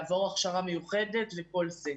לעבור הכשרה מיוחדת לנושא.